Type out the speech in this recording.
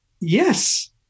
Yes